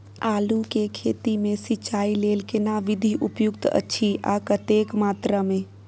आलू के खेती मे सिंचाई लेल केना विधी उपयुक्त अछि आ कतेक मात्रा मे?